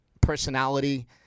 personality